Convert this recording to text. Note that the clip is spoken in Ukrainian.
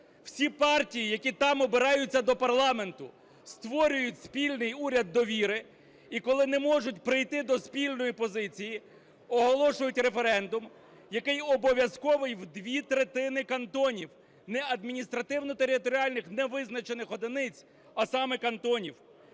Всі партії, які там обираються до парламенту, створюють спільний уряд довіри. І коли не можуть прийти до спільної позиції, оголошують референдум, який обов'язковий у двох третинах кантонів, не адміністративно-територіальних, не визначених одиниць, а саме кантонів.